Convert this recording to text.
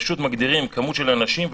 פשוט מגדירים כמות של אנשים,